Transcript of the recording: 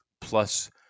plus